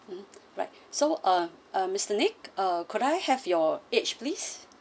mm right so uh uh mister nick uh could I have your age please